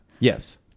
Yes